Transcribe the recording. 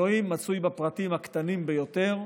האלוהים נמצא בפרטים הקטנים ביותר,